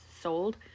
sold